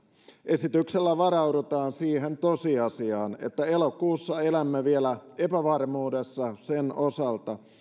esityksellä varaudutaan siihen tosiasiaan että elokuussa elämme vielä epävarmuudessa sen osalta